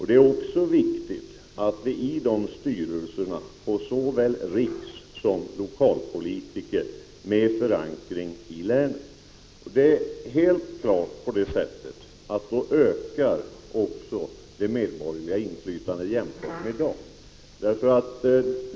Det är också viktigt att vi i dessa styrelser får representanter för såväl rikssom lokalpolitiker med förankring i länet. Då ökar också det medborgerliga inflytandet jämfört med i dag.